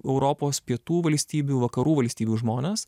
europos pietų valstybių vakarų valstybių žmonės